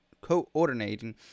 coordinating